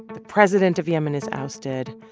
the president of yemen is ousted.